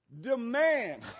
demand